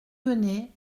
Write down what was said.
venait